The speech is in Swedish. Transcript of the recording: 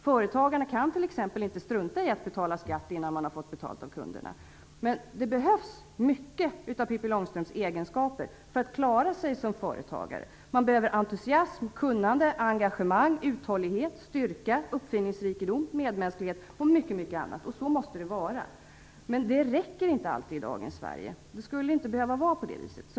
Företagarna kan t.ex. inte strunta i att betala skatt innan de har fått betalt av kunderna. Men det behövs många av Pippi Långstrumps egenskaper för att klara sig som företagare. Man behöver entusiasm, kunnande, engagemang, uthållighet, styrka, uppfinningsrikedom, medmänsklighet och mycket mycket annat, och så måste det vara. Men det räcker inte alltid i dagens Sverige. Det skulle inte behöva vara på det viset.